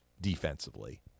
defensively